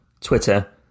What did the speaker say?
Twitter